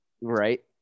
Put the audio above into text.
Right